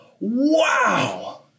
wow